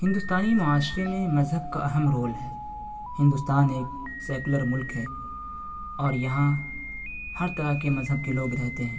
ہندوستانی معاشرے میں مذہب کا اہم رول ہے ہندوستان ایک سیکولر ملک ہے اور یہاں ہر طرح کے مذہب کے لوگ رہتے ہیں